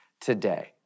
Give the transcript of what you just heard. today